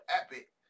Epic